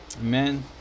Amen